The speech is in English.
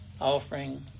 offering